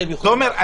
תומר,